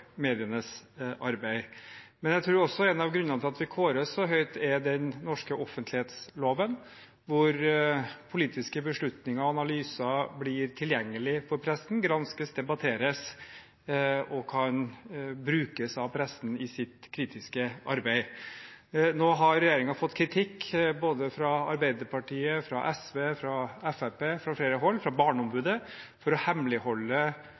medienes arbeid. Men jeg tror også at en av grunnene til at vi skårer så høyt, er den norske offentlighetsloven, som gjør at politiske beslutninger og analyser blir tilgjengelige for pressen og kan granskes, debatteres og brukes av pressen i deres kritiske arbeid. Nå har regjeringen fått kritikk fra både Arbeiderpartiet, SV og Fremskrittspartiet og fra flere hold – også fra Barneombudet – for å hemmeligholde